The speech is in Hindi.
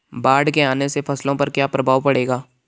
बाढ़ के आने से फसलों पर क्या प्रभाव पड़ेगा?